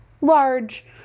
large